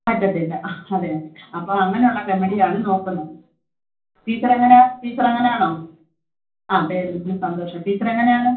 പറ്റത്തില്ല അതേതെ അപ്പോൾ അങ്ങനുള്ള റെമഡിയാണ് നോക്കുന്നത് ടീച്ചറങ്ങനെ ടീച്ചറങ്ങനാണോ ആ പേരൻ്റ്സിന് സന്തോഷമാണ് ടീച്ചറെങ്ങനാണ്